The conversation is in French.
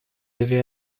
avez